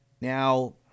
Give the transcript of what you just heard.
Now